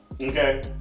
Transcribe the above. okay